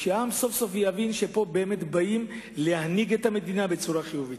והעם סוף-סוף יבין שבאים להנהיג את המדינה בצורה חיובית.